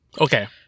Okay